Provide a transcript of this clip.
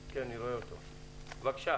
בבקשה.